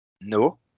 No